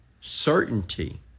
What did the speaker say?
Certainty